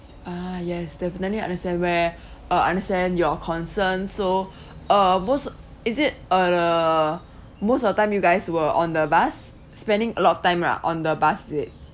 ah yes definitely understand where uh understand your concern so uh most is it uh most of the time you guys were on the bus spending a lot of time lah on the bus is it